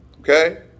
Okay